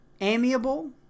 amiable